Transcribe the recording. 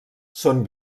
són